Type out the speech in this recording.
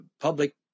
public